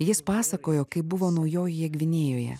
jis pasakojo kaip buvo naujojoje gvinėjoje